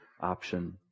option